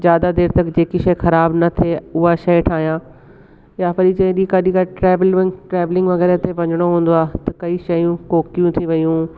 ज्यादा देरि तक जेकी शइ ख़राब न थिए उहा शइ ठाहिया या वरी जे ॾींहं कॾहिं कॾहिं ट्रेवल वञ ट्रेवलिंग ते वञिणो हूंदो आहे त कई शयूं कोकियूं थी वियूं